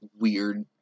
weird